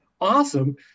awesome